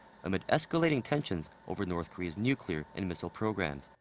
amid escalating tensions over north korea's nuclear and missile programs.